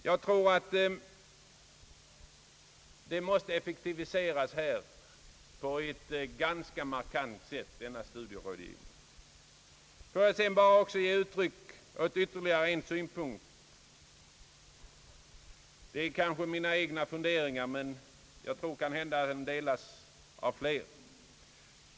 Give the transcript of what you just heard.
Jag tror att denna studierådgivning måste effektiviseras på ett markant sätt. Jag vill sedan bara ge uttryck åt ytterligare en synpunkt. Det gäller här kanske mina egna funderingar, men jag tror att min uppfattning delas av flera.